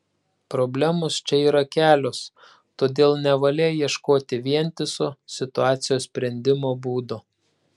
problemos čia yra kelios todėl nevalia ieškoti vientiso situacijos sprendimo būdo